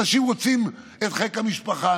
אנשים רוצים את חיק המשפחה,